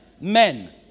men